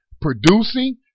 producing